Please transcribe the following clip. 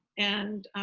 and,